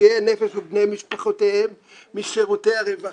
נפגעי הנפש ובני משפחותיהם משירותי הרווחה,